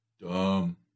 Dumb